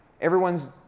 Everyone's